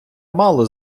мало